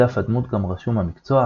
בדף הדמות גם רשום המקצוע,